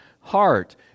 heart